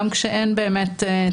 גם כשאין באמת צורך.